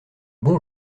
bon